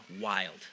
wild